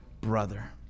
brother